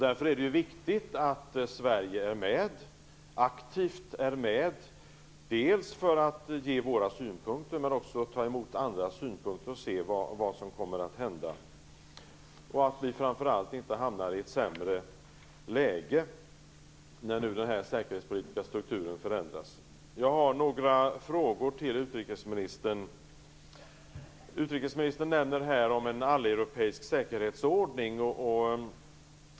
Därför är det viktigt att Sverige aktivt är med för att ge våra synpunkter men också för att ta emot andras synpunkter och för att se vad som kommer att hända. Framför allt är det viktigt att vi inte hamnar i ett sämre läge när den säkerhetspolitiska strukturen nu förändras. Jag har några frågor till utrikesministern. Utrikesministern nämner en alleuropeisk säkerhetsordning.